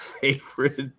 favorite